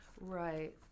Right